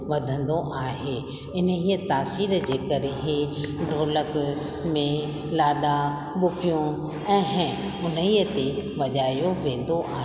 वधंदो आहे इन्हीअ तासीर जे करे ई ढोलक में लाॾा ॿुकियूं ऐं हे उन्हीअ ते वॼायो वेंदो आहे